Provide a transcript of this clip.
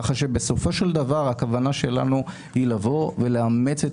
ככה שבסופו של דבר הכוונה שלנו היא לבוא ולאמץ את